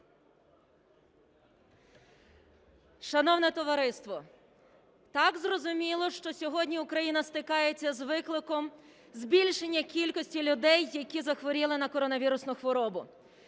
Шановне товариство, так, зрозуміло, що сьогодні Україна стикається з викликом збільшення кількості людей, які захворіли на коронавірусну хворобу.